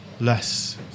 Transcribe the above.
less